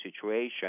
situation